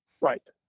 Right